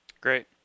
Great